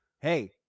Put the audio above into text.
Hey